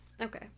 Okay